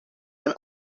and